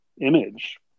image